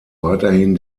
weiterhin